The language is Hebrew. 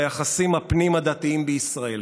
ביחסים הפנים-עדתיים בישראל